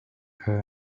her